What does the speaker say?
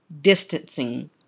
distancing